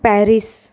Paris